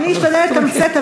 אני אשתדל לתמצת,